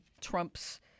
Trump's